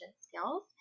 skills